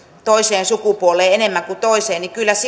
toiseen sukupuoleen toiseen